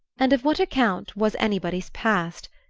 and of what account was anybody's past,